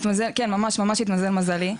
כן, ממש, ממש התמזל מזלי.